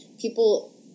people